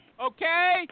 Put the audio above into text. okay